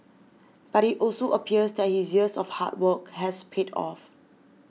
but it also appears that his years of hard work has paid off